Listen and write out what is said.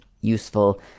useful